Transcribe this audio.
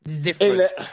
difference